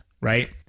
right